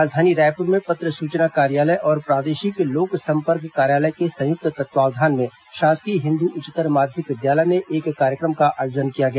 राजधानी रायपुर में पत्र सूचना कार्यालय और प्रादेशिक लोक संपर्क कार्यालय के संयुक्त तत्वावधान में शासकीय हिन्दू उच्चतर माध्यमिक विद्यालय में एक कार्यक्रम का आयोजन किया गया